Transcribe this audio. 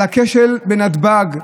על הכשל בנתב"ג?